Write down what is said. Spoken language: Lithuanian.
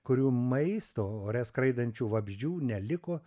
kurių maisto ore skraidančių vabzdžių neliko